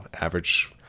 average